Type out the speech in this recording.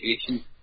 situation